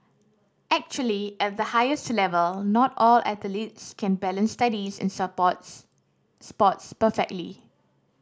actually at the highest level not all athletes can balance studies and sports sports perfectly